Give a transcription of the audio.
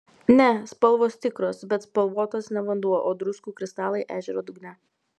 ne spalvos tikros bet spalvotas ne vanduo o druskų kristalai ežero dugne